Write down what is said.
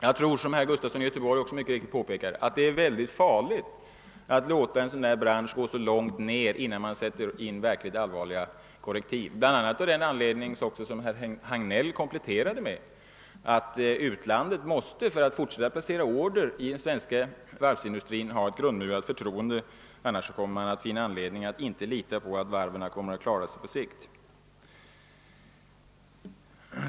Jag tror att det, såsom herr Gustafson i Göteborg påpekade, är farligt att låta en sådan bransch gå så långt ned innan man sätter in verkliga korrektiv, bl.a. av den anledning som herr Hagnell kompletterade med, att utlandet för att fortsätta att placera order i den svenska varvsindustrin måste ha ett grundmurat förtroende — annars kommer man inte att lita på att varven kommer att klara sig på sikt.